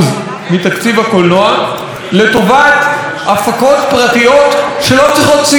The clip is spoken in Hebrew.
לטובת הפקות פרטיות שלא צריכות סיוע כי הן מרוויחות כסף.